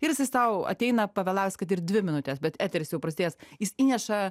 ir jisai sau ateina pavėlavęs kad ir dvi minutes bet eteris jau prasidėjęs jis įneša